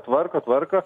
tvarko tvarko